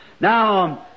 Now